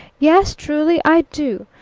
yes, truly i do.